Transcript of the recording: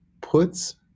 puts